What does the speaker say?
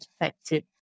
effective